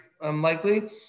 unlikely